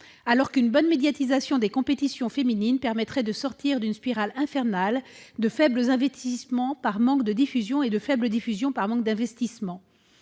une bonne médiatisation des compétitions féminines permettrait de sortir de la spirale infernale des faibles investissements par manque de diffusions et des faibles diffusions par manque d'investissements.